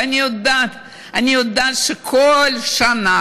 ואני יודעת שכל שנה,